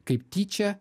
kaip tyčia